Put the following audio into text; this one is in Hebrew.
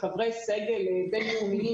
חברי סגל בינלאומיים,